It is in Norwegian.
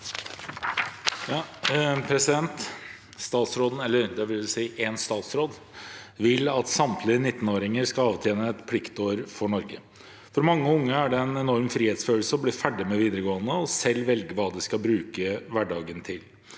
«Statsråden vil at samtlige 19-åringer skal avtjene et pliktår for Norge. For mange unge er det en enorm frihetsfølelse å bli ferdig med videregående og selv velge hva de skal bruke hverdagen til.